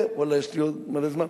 ואללה יש לי עוד מלא זמן,